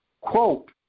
quote